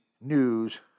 News